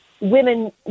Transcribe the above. women